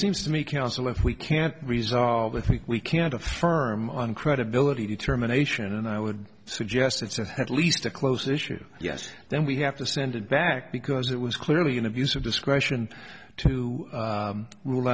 seems to me counsel if we can't resolve i think we can to firm on credibility determination and i would suggest it's a at least a close issue yes then we have to send it back because it was clearly an abuse of discretion to rule